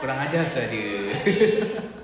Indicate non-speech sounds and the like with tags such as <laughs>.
kurang ajar sia dia <laughs>